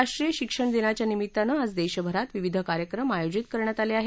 राष्ट्रीय शिक्षण दिनाच्या निमित्तानं आज देशभरात विविध कार्यक्रम आयोजित करण्यात आले आहेत